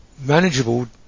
manageable